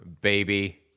baby